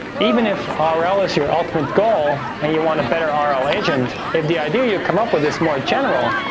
even if ah rl is your ultimate goal, and you want a better um rl agent, if the idea you come up with is more general,